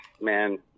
man